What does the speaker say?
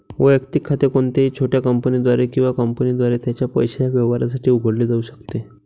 वैयक्तिक खाते कोणत्याही छोट्या कंपनीद्वारे किंवा कंपनीद्वारे त्याच्या पैशाच्या व्यवहारांसाठी उघडले जाऊ शकते